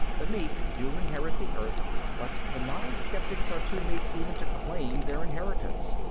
the meek do inherit the earth but the modern sceptics are too meek even to claim their inheritance.